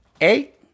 eight